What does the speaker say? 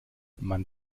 man